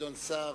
גדעון סער.